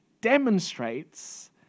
demonstrates